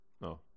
No